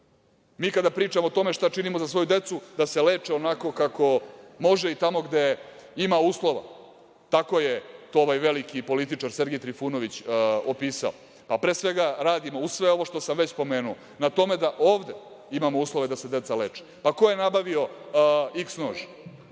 Mi kada pričamo o tome šta činimo za decu da se leče onako kako može i tamo gde ima uslova, tako je to ovaj veliki političar Sergej Trifunović opisao. Pre svega radimo, uz sve ovo što sam već pomenuo, na tome da ovde imamo uslove da se deca leče. Ko je nabavio iks nož,